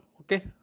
Okay